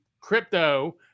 crypto